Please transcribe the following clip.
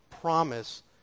promise